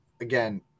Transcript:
again